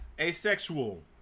Asexual